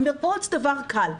המרפאות זה דבר קל.